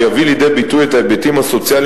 שיביא לידי ביטוי את ההיבטים הסוציאליים